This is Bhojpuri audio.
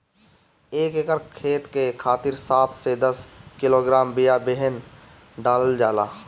एक एकर खेत के खातिर सात से दस किलोग्राम बिया बेहन डालल जाला?